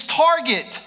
target